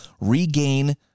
regain